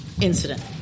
incident